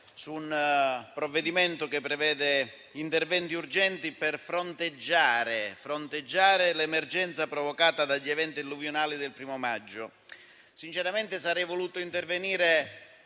su un provvedimento che prevede interventi urgenti per fronteggiare l'emergenza provocata dagli eventi alluvionali del 1° maggio. Sinceramente sarei voluto intervenire